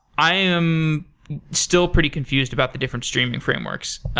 i am still pretty confused about the different streaming frameworks.